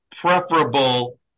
Preferable